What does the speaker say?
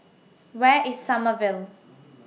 Where IS Sommerville